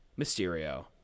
Mysterio